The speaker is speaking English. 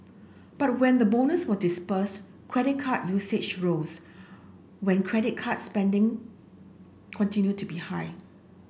but when the bonus was disbursed credit card usage rose when credit card spending continued to be high